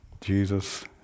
Jesus